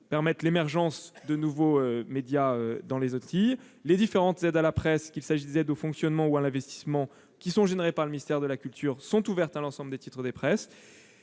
permettre l'émergence de nouveaux médias dans les Antilles. Les différentes aides à la presse, qu'il s'agisse d'aides au fonctionnement ou à l'investissement, générées par le ministère de la culture, sont ouvertes à l'ensemble des titres de presse.